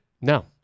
no